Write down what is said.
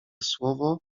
słowo